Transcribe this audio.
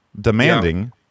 demanding